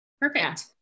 Perfect